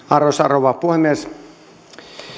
arvoisa rouva puhemies